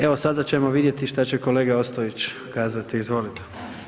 Evo sada ćemo vidjeti šta će kolega Ostojić kazati, izvolite.